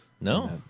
No